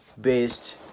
based